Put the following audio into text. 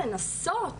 לנסות,